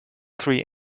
three